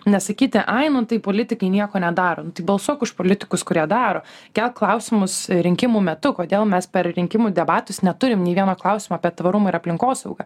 nesakyti ai nu tai politikai nieko nedaro nu tai balsuok už politikus kurie daro kelk klausimus rinkimų metu kodėl mes per rinkimų debatus neturim nei vieno klausimo apie tvarumą ir aplinkosaugą